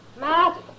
Matt